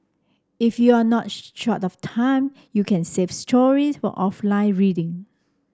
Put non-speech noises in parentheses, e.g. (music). if you are not (unintelligible) short of time you can save stories for offline reading